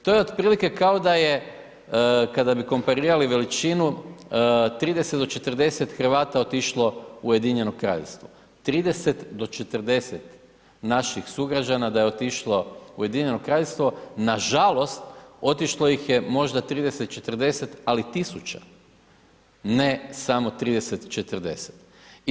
To je otprilike kao da je kada bi komparirali veličinu 30 do 40 Hrvata otišlo u Ujedinjeno Kraljevstvo, 30 do 40 naših sugrađana da je otišlo u Ujedinjeno Kraljevstvo, nažalost otišlo ih je možda 30, 40 ali tisuća, ne samo 30, 40.